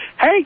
Hey